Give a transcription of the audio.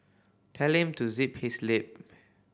tell him to zip his lip